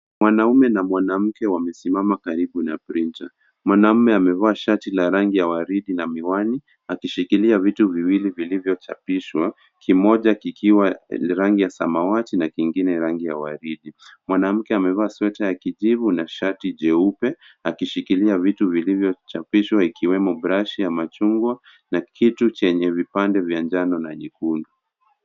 Mwanaume na mwanamke wamesimama karibu na printa. Mwanaume amevaa shati la rangi ya waridi na miwani akishikilia vitu viwili vilivyochapishwa kimoja kikiwa na rangi ya samawati na kingine rangi ya waridi. Mwanamke amevaa sweta ya kijivu na shati jeupe akishikilia vitu vilivyochapishwa ikiwemo brashi ya machungwa na kitu chenye vipande vya njano na nyekundu.